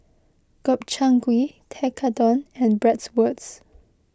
Gobchang Gui Tekkadon and Bratwurst